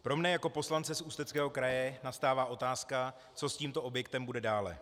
Pro mě jako poslance z Ústeckého kraje nastává otázka, co s tímto objektem bude dále.